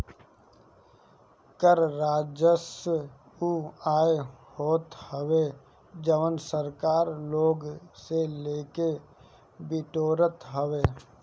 कर राजस्व उ आय होत हवे जवन सरकार लोग से लेके बिटोरत हवे